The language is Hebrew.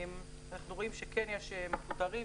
אנחנו רואים שכן יש מפוטרים,